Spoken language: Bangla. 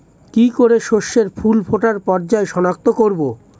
কি করে শস্যের ফুল ফোটার পর্যায় শনাক্ত করব?